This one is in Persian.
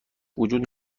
وجود